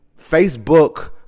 Facebook